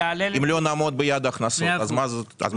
אם לא נעמוד ביעד ההכנסות --- אולי